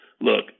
look